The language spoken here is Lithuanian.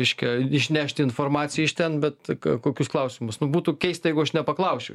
reiškia išnešti informaciją iš ten bet kokius klausimus nu būtų keista jeigu aš nepaklausčiau